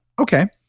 okay,